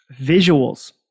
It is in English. Visuals